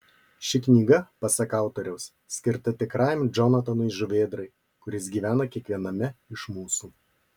ši knyga pasak autoriaus skirta tikrajam džonatanui žuvėdrai kuris gyvena kiekviename iš mūsų